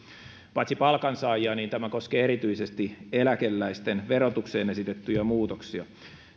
paitsi palkansaajia tämä koskee erityisesti eläkeläisten verotukseen esitettyjä muutoksia